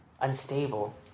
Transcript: unstable